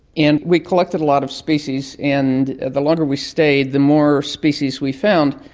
and we collected a lot of species, and the longer we stayed, the more species we found.